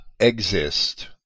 exist